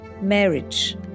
marriage